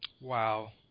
Wow